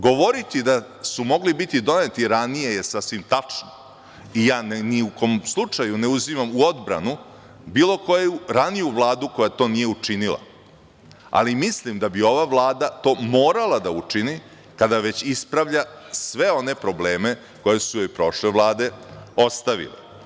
Govoriti da su mogli biti doneti ranije je sasvim tačno i ja ni u kom slučaju ne uzimam u odbranu bilo koju raniju vladu koja to nije učinila, ali mislim da bi ova Vlada ovo morala da učini, kada već ispravlja sve one probleme koje su joj prošle vlade ostavile.